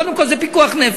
קודם כול זה פיקוח נפש.